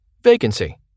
Vacancy